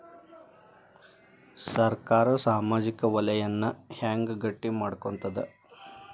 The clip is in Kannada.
ಸರ್ಕಾರಾ ಸಾಮಾಜಿಕ ವಲಯನ್ನ ಹೆಂಗ್ ಗಟ್ಟಿ ಮಾಡ್ಕೋತದ?